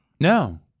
No